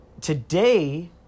today